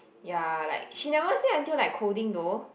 ya like she never say until like coding though